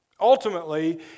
ultimately